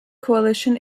coalition